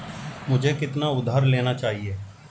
मुझे कितना उधार लेना चाहिए?